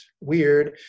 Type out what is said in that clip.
weird